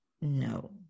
No